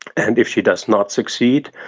and if she does not succeed,